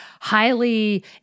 highly